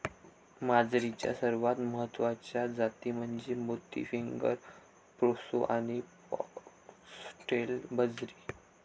बाजरीच्या सर्वात महत्वाच्या जाती म्हणजे मोती, फिंगर, प्रोसो आणि फॉक्सटेल बाजरी